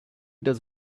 does